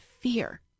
fear